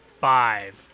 five